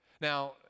Now